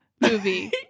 movie